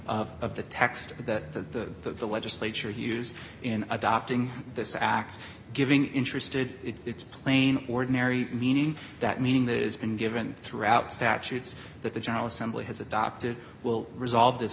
text of the the legislature use in adopting this act giving interested it's plain ordinary meaning that meaning that has been given throughout statutes that the general assembly has adopted will resolve this